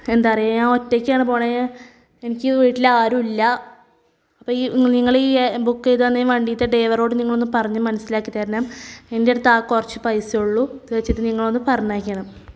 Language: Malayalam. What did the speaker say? എന്താ പറയുക ഞാൻ ഒറ്റയ്ക്കാണ് പോണത് എനിക്ക് വീട്ടിൽ ആരും ഇല്ല ഇപ്പം ഈ നിങ്ങൾ ഈ ബുക്ക് ചെയ്തുതന്ന വണ്ടിയിൽത്തെ ഡൈവറോട് നിങ്ങളൊന്ന് പറഞ്ഞ് മനസ്സിലാക്കി തരണം എൻ്റെയടുത്ത് ആകെ കുറച്ച് പൈസയുള്ളൂ ഇതുവച്ചിട്ട് നിങ്ങളൊന്ന് പറഞ്ഞയക്കണം